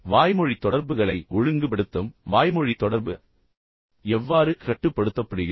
வாய்மொழி தொடர்புகளை ஒழுங்குபடுத்தவும் வாய்மொழி தொடர்பு எவ்வாறு கட்டுப்படுத்தப்படுகிறது